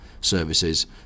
services